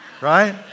Right